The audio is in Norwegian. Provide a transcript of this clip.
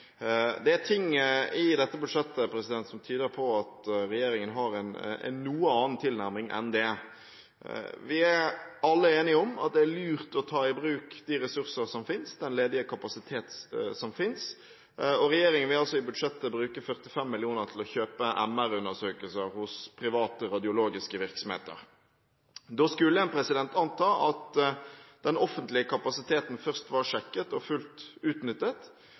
Det er ting i dette budsjettet som tyder på at regjeringen har en noe annen tilnærming enn det. Vi er alle enige om at det er lurt å ta i bruk de ressurser og den ledige kapasiteten som finnes, og regjeringen vil i budsjettet bruke 45 mill. kr til å kjøpe MR-undersøkelser hos private radiologiske virksomheter. Da skulle man anta at den offentlige kapasiteten først var sjekket og fullt ut utnyttet,